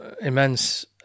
immense